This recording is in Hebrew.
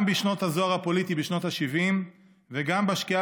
גם בשנות הזוהר הפוליטי בשנות השבעים וגם בשקיעה